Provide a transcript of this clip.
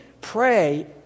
pray